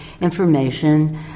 information